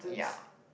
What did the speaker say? yeah